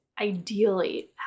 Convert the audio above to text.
ideally